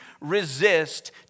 resist